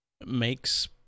makes